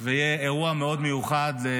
ויהיה אירוע מאוד מיוחד לחגוג,